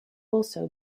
also